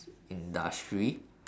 industry